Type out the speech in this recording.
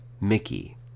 Mickey